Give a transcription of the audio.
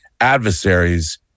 adversaries